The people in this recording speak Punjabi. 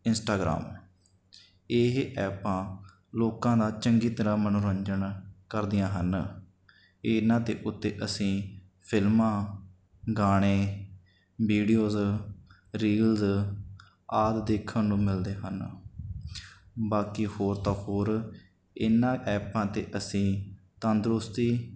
ਇੰਸਟਾਗਰਾਮ ਇਹ ਐਪਾਂ ਲੋਕਾਂ ਦਾ ਚੰਗੀ ਤਰ੍ਹਾਂ ਮਨੋਰੰਜਨ ਕਰਦੀਆਂ ਹਨ ਇਹਨਾਂ ਦੇ ਉੱਤੇ ਅਸੀਂ ਫਿਲਮਾਂ ਗਾਣੇ ਵੀਡੀਓਜ਼ ਰੀਲਜ਼ ਆਦਿ ਦੇਖਣ ਨੂੰ ਮਿਲਦੇ ਹਨ ਬਾਕੀ ਹੋਰ ਤਾਂ ਹੋਰ ਇਹਨਾਂ ਐਪਾਂ 'ਤੇ ਅਸੀਂ ਤੰਦਰੁਸਤੀ